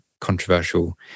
controversial